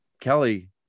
Kelly